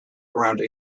around